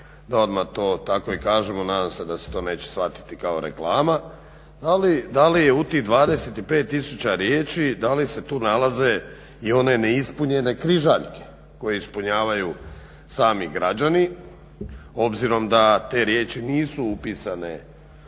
da odmah to tako i kažemo, nadam se da se to neće shvatiti kao reklama, ali da li je u tih 25 tisuća riječi, da li se tu nalaze i one neispunjene križaljke koje ispunjavaju sami građani, obzirom da te riječi nisu upisane